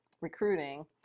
recruiting